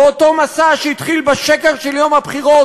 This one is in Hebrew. באותו מסע שהתחיל בשקר של יום הבחירות